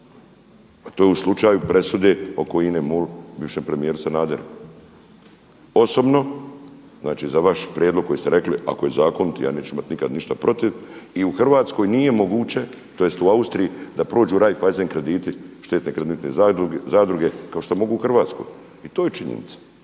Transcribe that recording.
To je u slučaju presude oko INA-e MOL bivšem premijeru Sanaderu. Osobno, znači za vaš prijedlog koji ste rekli ako je zakonit ja neću imati nikad ništa protiv i u Hrvatskoj nije moguće tj. u Austriji da prođu reiffeisen krediti štedne kreditne zadruge kao što mogu u Hrvatskoj, i to je činjenica.